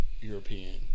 European